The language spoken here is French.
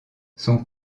son